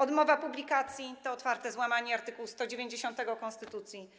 Odmowa publikacji to otwarte złamanie art. 190 konstytucji,